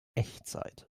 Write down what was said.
echtzeit